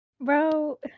Bro